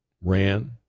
ran